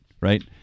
Right